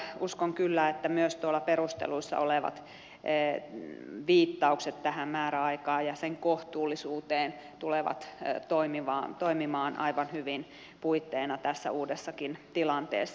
mutta uskon kyllä että myös perusteluissa olevat viit taukset tähän määräaikaan ja sen kohtuullisuuteen tulevat toimimaan aivan hyvin puitteena tässä uudessakin tilanteessa